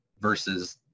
versus